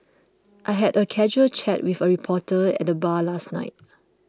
I had a casual chat with a reporter at the bar last night